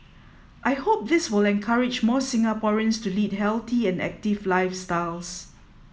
I hope this will encourage more Singaporeans to lead healthy and active lifestyles